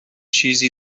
چیزی